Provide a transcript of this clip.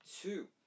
two